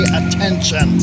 attention